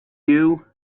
you